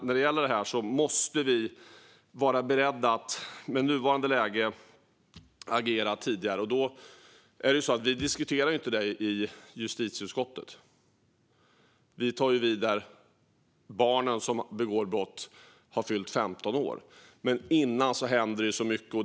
När det gäller detta måste vi vara beredda att med nuvarande läge agera tidigare. Men vi diskuterar inte detta i justitieutskottet. Vi tar vid när barnen som begår brott har fyllt 15 år. Men innan de gör det händer det så mycket.